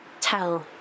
tell